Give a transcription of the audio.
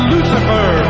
Lucifer